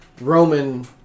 Roman